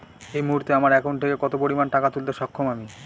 এই মুহূর্তে আমার একাউন্ট থেকে কত পরিমান টাকা তুলতে সক্ষম আমি?